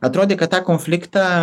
atrodė kad tą konfliktą